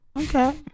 Okay